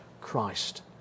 Christ